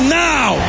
now